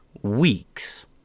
weeks